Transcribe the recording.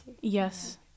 Yes